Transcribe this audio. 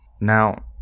Now